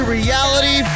reality